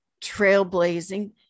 trailblazing